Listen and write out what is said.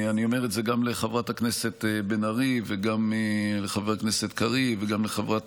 אני אומר את זה גם לחברת הכנסת בן ארי וגם לחבר הכנסת קריב וגם לחברת